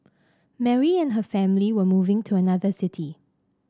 Mary and her family were moving to another city